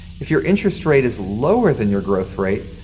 if your interest rate is lower than your growth rate,